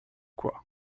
quoi